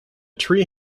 tree